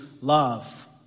love